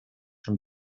him